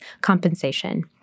compensation